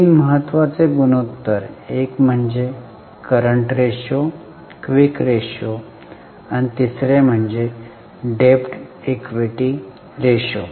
तीन महत्वाचे गुणोत्तर एक म्हणजे करंट रेशो क्विक रेशो आणि तिसरे म्हणजे डेब्ट ईक्विटी रेशो